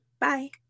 Bye